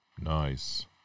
Nice